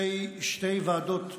אני רוצה לציין שתי ועדות שרים,